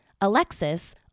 Alexis